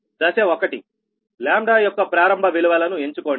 దశ 1 యొక్క ప్రారంభ విలువను ఎంచుకోండి